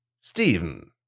Stephen